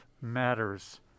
matters